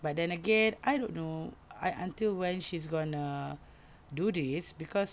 but then again I don't know I until when she's gonna do this cause